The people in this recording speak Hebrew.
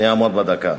אני אעמוד בדקה.